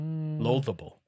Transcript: Loathable